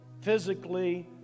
physically